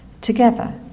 together